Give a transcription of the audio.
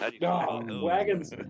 Wagons